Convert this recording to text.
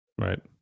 right